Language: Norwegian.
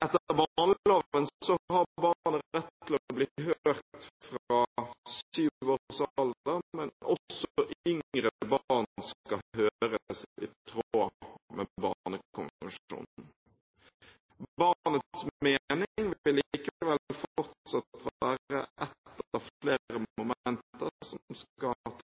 har barnet rett til å bli hørt fra syv års alder, men også yngre barn skal høres i tråd med Barnekonvensjonen. Barnets mening vil likevel fortsatt være ett av flere momenter som skal